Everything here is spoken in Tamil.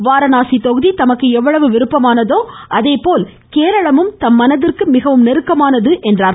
வாரணாசி தொகுதி தமக்கு எவ்வளவு விருப்பமானதோ அதேபோல் கேரளமும் தம் மனதிற்கு மிகவும் நெருக்கமானது என்றார்